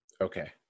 Okay